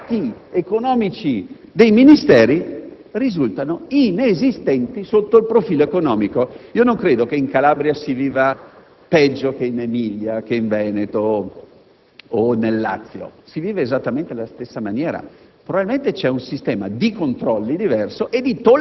di fare dei sacrifici per trascinare vagoni che, dai dati economici dei Ministeri, risultano inesistenti sotto il profilo economico? Non credo che in Calabria si viva peggio che in Emilia, in Veneto